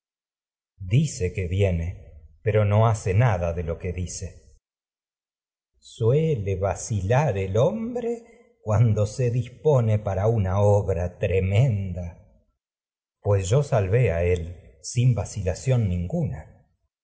saberlo viene pero no electra dice que hace nada de lo que dice vacilar el coro suele hombre cuando se dispone para una obra tremenda salvé a electra pues yo él sin vacilación ninguna